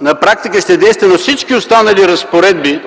на практика ще действа във всички останали разпоредби